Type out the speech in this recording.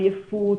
עייפות,